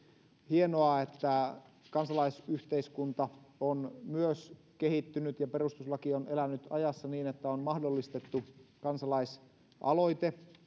hienoa että kansalaisyhteiskunta on myös kehittynyt ja perustuslaki on elänyt ajassa niin että on mahdollistettu kansalaisaloite